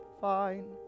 fine